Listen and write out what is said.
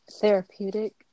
therapeutic